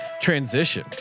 transition